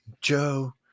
Joe